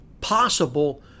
possible